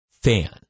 fan